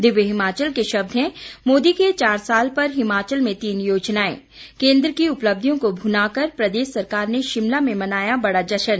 दिव्य हिमाचल के शब्द हैं मोदी के चार साल पर हिमाचल में तीन योजनाए केंद्र की उपलब्धियों को भुनाकर प्रदेश सरकार ने शिमला में मनाया बड़ा जश्न